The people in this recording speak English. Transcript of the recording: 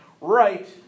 right